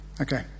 Okay